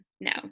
No